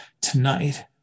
tonight